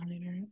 later